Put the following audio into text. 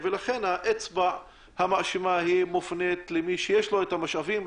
לכן האצבע המאשימה מופנית למי שיש לו את המשאבים,